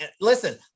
listen